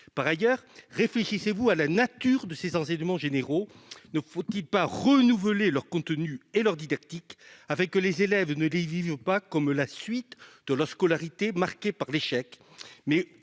? En outre, réfléchissez-vous à la nature de ces enseignements généraux ? Ne faut-il pas renouveler leur contenu et leur didactique afin que les élèves ne les vivent pas comme la suite de leur scolarité marquée par l'échec,